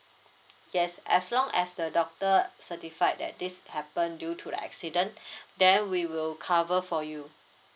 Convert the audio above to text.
yes as long as the doctor certified that this happen due to the accident then we will cover for you